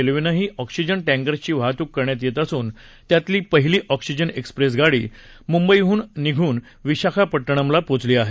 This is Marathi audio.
रेल्वेनेही ऑक्सीजन टँकर्सची वाहतूक करण्यात येत असून त्यातली पहिली ऑक्सीजन एक्सप्रेस गाडी मुंबईहून निघून विशाखापट्टणमला पोचली आहे